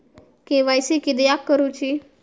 KYC किदयाक करूची?